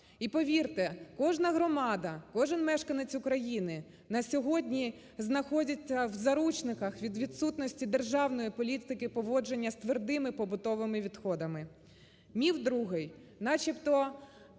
І, повірте, кожна громада, кожен мешканець України на сьогодні знаходяться в заручниках від відсутності державної політки поводження з твердими побутовими відходами. Міф другий. Начебто